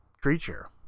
creature